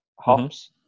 hops